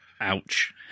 ouch